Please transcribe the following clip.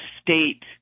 state